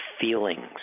feelings